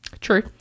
True